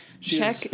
Check